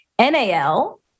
NAL